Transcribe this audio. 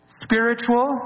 Spiritual